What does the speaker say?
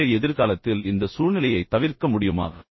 சஞ்சய் எதிர்காலத்தில் இந்த சூழ்நிலையைத் தவிர்க்க முடியுமா